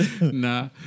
Nah